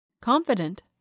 Confident